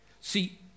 See